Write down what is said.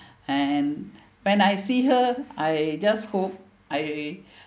and when I see her I just hope I